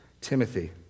Timothy